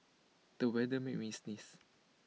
the weather made me sneeze